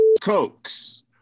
cokes